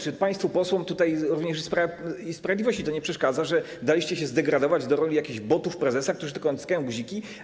Czy państwu posłom tutaj, również z Prawa i Sprawiedliwości, to nie przeszkadza, że daliście się zdegradować do roli jakichś botów prezesa, którzy tylko naciskają guziki?